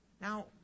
Now